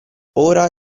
ora